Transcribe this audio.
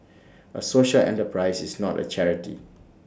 A social enterprise is not A charity